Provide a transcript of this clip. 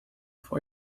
for